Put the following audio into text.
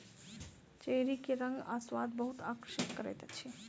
cherry के रंग आ स्वाद बहुत आकर्षित करैत अछि